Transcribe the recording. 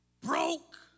broke